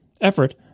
effort